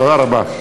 תודה רבה.